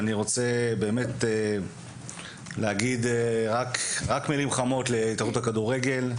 אני רוצה באמת להגיד רק מילים חמות להתאחדות הכדורגל.